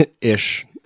ish